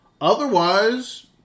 Otherwise